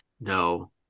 no